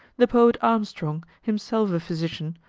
the poet armstrong, himself a physician,